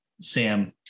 Sam